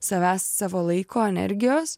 savęs savo laiko energijos